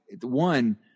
one